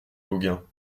gauguin